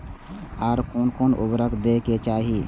आर कोन कोन उर्वरक दै के चाही?